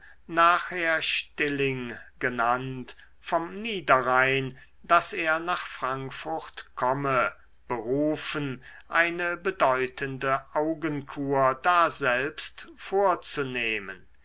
nachher stilling genannt vom niederrhein daß er nach frankfurt komme berufen eine bedeutende augenkur daselbst vorzunehmen